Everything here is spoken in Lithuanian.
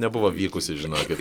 nebuvo vykusi žinokit